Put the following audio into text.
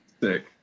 Sick